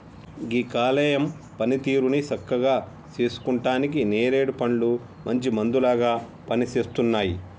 గీ కాలేయం పనితీరుని సక్కగా సేసుకుంటానికి నేరేడు పండ్లు మంచి మందులాగా పనిసేస్తున్నాయి